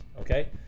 okay